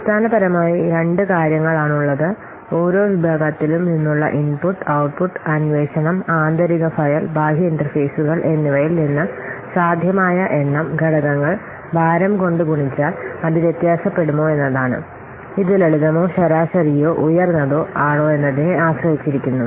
അടിസ്ഥാനപരമായി രണ്ട് കാര്യങ്ങൾ ആണുള്ളത് ഓരോ വിഭാഗത്തിലും നിന്നുള്ള ഇൻപുട്ട് ഔട്ട്പുട്ട് അന്വേഷണം ആന്തരിക ഫയൽ ബാഹ്യ ഇന്റർഫേസുകൾ എന്നിവയിൽ നിന്ന് സാധ്യമായ എണ്ണം ഘടകങ്ങൾ ഭാരം കൊണ്ട് ഗുണിച്ചാൽ അത് വ്യത്യാസപ്പെടുമോ എന്നതാണ് ഇത് ലളിതമോ ശരാശരിയോ ഉയർന്നതോ ആണോ എന്നതിനെ ആശ്രയിച്ചിരിക്കുന്നു